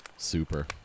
Super